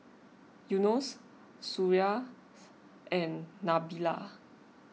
Yunos Suria and Nabila